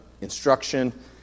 instruction